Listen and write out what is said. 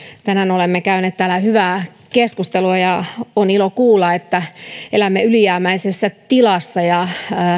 tänään olemme käyneet täällä hyvää keskustelua ja on ilo kuulla että elämme ylijäämäisessä tilassa ja